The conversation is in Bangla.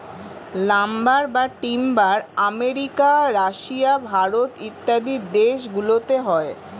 লাম্বার বা টিম্বার আমেরিকা, রাশিয়া, ভারত ইত্যাদি দেশ গুলোতে হয়